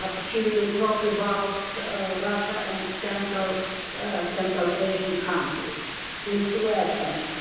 ah she real talk about ah. usher and sent out essential asian countries leif welcome